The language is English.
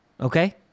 okay